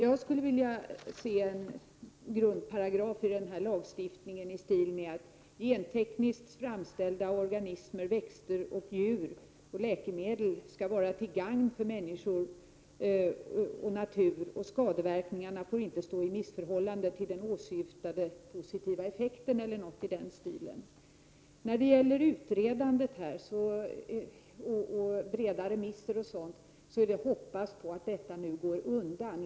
Jag skulle vilja se en paragraf i denna lag i stil med följande: Gentekniskt framställda organismer, växter, djur och läkemedel skall vara till gagn för människor och natur. Skadeverkningarna får inte stå i missförhållande till den åsyftade positiva effekten. När det gäller utredandet och breda remisser är det att hoppas på att arbetet nu går undan.